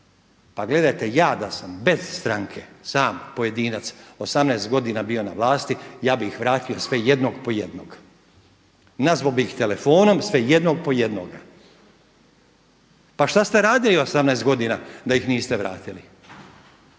pa gledajte ja da sam bez stranke sam pojedinac 18 godina bio na vlasti, sve jednog po jednog. Nazvao bih ih telefonom sve jednog po jednoga. Pa šta ste radili 18 godina da ih niste vratili,